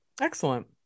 Excellent